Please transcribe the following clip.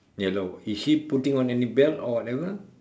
yellow is she putting on any belt or whatever